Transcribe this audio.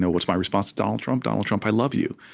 what's my response to donald trump? donald trump, i love you.